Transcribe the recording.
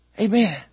Amen